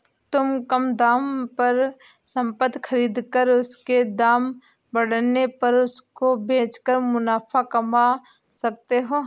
तुम कम दाम पर संपत्ति खरीद कर उसके दाम बढ़ने पर उसको बेच कर मुनाफा कमा सकते हो